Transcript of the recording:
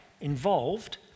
involved